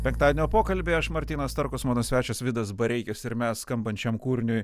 penktadienio pokalbiai aš martynas starkus mano svečias vidas bareikis ir mes skambant šiam kūriniui